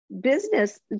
business